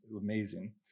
amazing